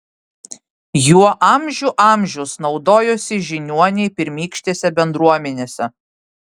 juo amžių amžius naudojosi žiniuoniai pirmykštėse bendruomenėse